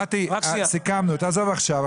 נתי, סיכמנו, תעזוב עכשיו.